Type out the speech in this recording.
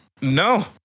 No